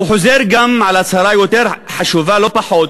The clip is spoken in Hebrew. הוא חוזר גם על הצהרה חשובה לא פחות,